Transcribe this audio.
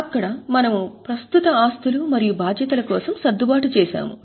అక్కడ మనము ప్రస్తుత ఆస్తులు మరియు బాధ్యతల కోసం సర్దుబాటు చేస్తాము